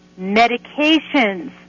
medications